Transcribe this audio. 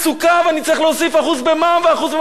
צריך להוסיף 1% במע"מ ו-1% במס הכנסה.